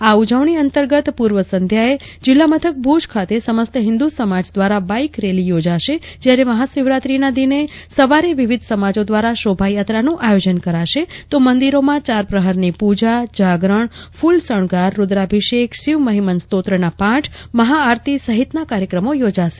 આ ઉજવણી અંતર્ગત પૂર્વ સંધ્યાએ જીલ્લા મથક ભુજ ખાતે સમસ્ત હિંદુ સમાજ દ્વારા બાઈક રેલી યોજાશે જયારે મહાશિવરાત્રીના દિને સવરે વિવિધ સમાજો દ્વારા શોભાયાત્રા નું આયોજન કરશે તો મંદિરોમાં ચાર પ્રહરની પૂજાજાગરણફૂલ શણગારરુદ્રાભિષેકશિવ મહિમ્ન સ્તોત્રના પાઠમહા આરતી સહિતના કાર્યક્રમો યોજાશે